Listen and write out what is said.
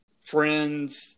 Friends